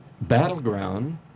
battleground